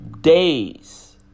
days